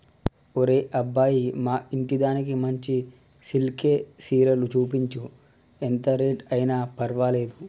ఒరే అబ్బాయి మా ఇంటిదానికి మంచి సిల్కె సీరలు సూపించు, ఎంత రేట్ అయిన పర్వాలేదు